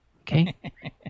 Okay